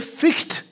fixed